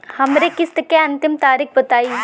हमरे किस्त क अंतिम तारीख बताईं?